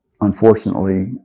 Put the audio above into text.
unfortunately